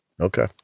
Okay